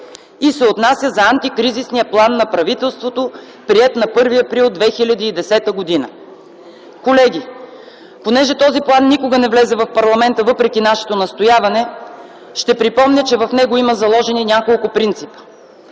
и се отнася за антикризисния план на правителството, приет на 1 април 2010 г. Колеги, понеже този план никога не влезе в парламента въпреки нашето настояване, ще припомня, че в него има заложени няколко принципа.